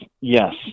Yes